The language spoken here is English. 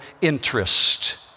interest